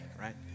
right